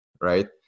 right